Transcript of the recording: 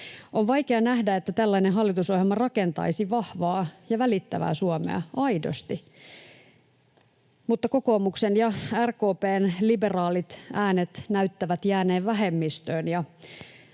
On vaikea nähdä, että tällainen hallitusohjelma rakentaisi vahvaa ja välittävää Suomea aidosti, mutta kokoomuksen ja RKP:n liberaalit äänet näyttävät jääneen vähemmistöön